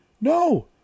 No